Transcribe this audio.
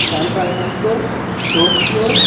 San Francisco Tokyo